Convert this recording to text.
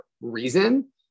reason